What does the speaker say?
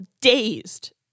dazed